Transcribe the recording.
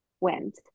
went